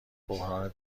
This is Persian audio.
بحران